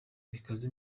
bikaze